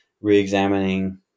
re-examining